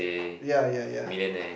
ya ya ya